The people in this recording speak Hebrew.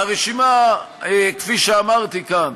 והרשימה, כפי שאמרתי כאן,